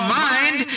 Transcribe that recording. mind